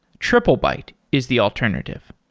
triplebyte is the alternative.